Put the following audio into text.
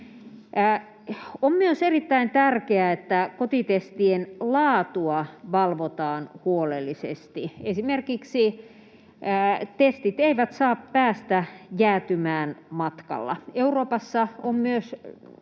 On myös erittäin tärkeää, että kotitestien laatua valvotaan huolellisesti. Testit eivät esimerkiksi saa päästä jäätymään matkalla. Euroopassa on myös